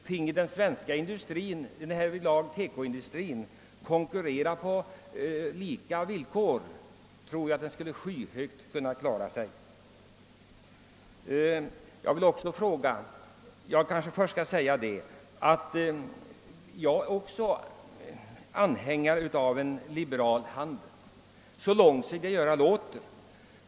Finge den svenska TEKO-industrin konkurrera på lika villkor, tror jag att den skulle klara sig mycket väl. Jag är också anhängare av en liberal handel, så långt sig göra låter.